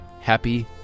happy